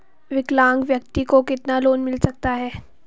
विकलांग व्यक्ति को कितना लोंन मिल सकता है?